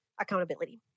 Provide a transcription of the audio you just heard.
accountability